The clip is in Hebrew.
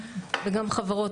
וגם חברות,